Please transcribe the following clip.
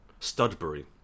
Studbury